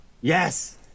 yes